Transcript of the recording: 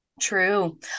true